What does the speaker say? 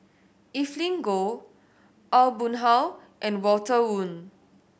Evelyn Goh Aw Boon Haw and Walter Woon